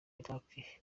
iraq